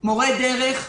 מורי דרך,